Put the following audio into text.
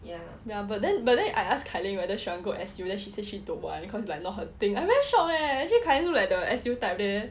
ya but then but then I ask kai ling whether she want go S_U then she say she don't want because like not her thing I very shock leh actually kai ling look like the S_U type leh